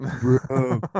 bro